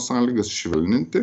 sąlygas švelninti